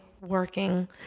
working